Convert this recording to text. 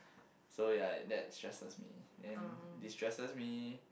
so ya that stresses me and destresses me